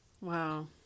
wow